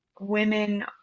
women